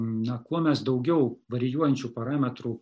na kuo mes daugiau varijuojančių parametrų